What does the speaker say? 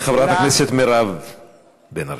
חברת הכנסת מירב בן ארי.